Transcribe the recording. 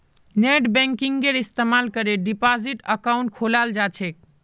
नेटबैंकिंगेर इस्तमाल करे डिपाजिट अकाउंट खोलाल जा छेक